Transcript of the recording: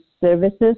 services